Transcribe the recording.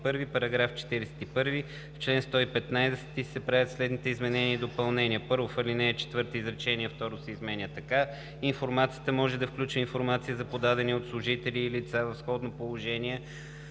§ 41: „§ 41. В чл. 115 се правят следните изменения и допълнения: 1. В ал. 4 изречение второ се изменя така: „Информацията може да включва и информация за подадени от служители или лица в сходно положение,